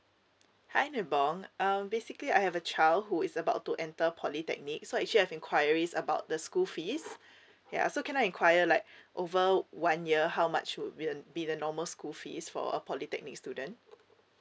hi devon um basically I have a child who is about to enter polytechnic so actually I've inquiries about the school fees ya so can I inquire like over one year how much would be be the normal school fees for a polytechnic student